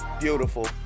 Beautiful